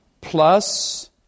plus